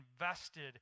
invested